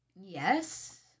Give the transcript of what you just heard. Yes